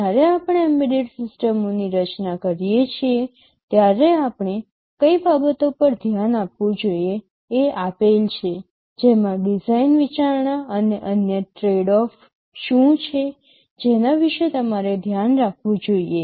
જ્યારે આપણે એમ્બેડેડ સિસ્ટમોની રચના કરીએ છીએ ત્યારે આપણે કઈ બાબતો પર ધ્યાન આપવું જોઈએ એ આપેલ છે જેમાં ડિઝાઇન વિચારણા અને અન્ય ટ્રેડઓફ શું છે એના વિશે તમારે ધ્યાન રાખવું જોઈએ